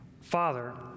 Father